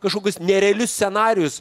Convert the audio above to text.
kažkokius nerealius scenarijus